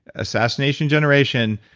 assassination generation.